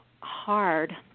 hard